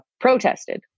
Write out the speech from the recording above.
protested